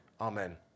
Amen